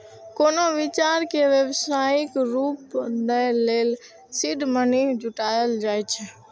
कोनो विचार कें व्यावसायिक रूप दै लेल सीड मनी जुटायल जाए छै